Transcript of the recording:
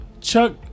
Chuck